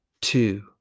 two